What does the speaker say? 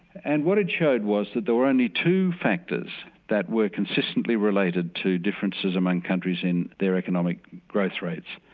and what it showed was that there were only two factors that were consistently related to differences among countries in their economic growth rates.